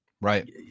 Right